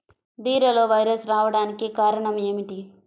బీరలో వైరస్ రావడానికి కారణం ఏమిటి?